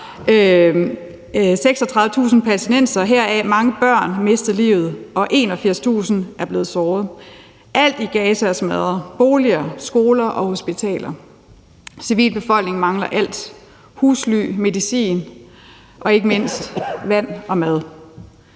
36.000 palæstinensere, heraf mange børn, mistet livet, og 81.000 er blevet såret. Alt i Gaza er smadret; boliger, skoler og hospitaler. Civilbefolkningen mangler alt; husly, medicin og ikke mindste vand og mad.